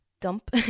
dump